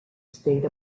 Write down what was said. state